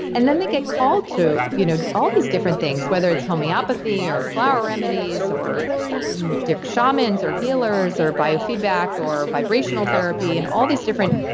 and then they get called to you know all these different things whether it's homeopathy or flower remedies or deep shamans or healers or biofeedback or vibrational therapy and all these different